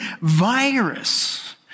virus